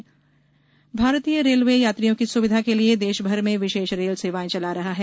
विशेष रेलगाड़ियां भारतीय रेलवे यात्रियों की सुविधा के लिए देशभर में विशेष रेल सेवाएं चला रहा है